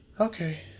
Okay